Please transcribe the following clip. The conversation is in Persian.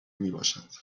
میباشد